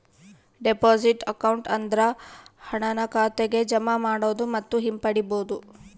deposit account ಅಂದ್ರೆ ಹಣನ ಖಾತೆಗೆ ಜಮಾ ಮಾಡೋದು ಮತ್ತು ಹಿಂಪಡಿಬೋದು